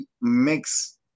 mix